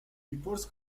reports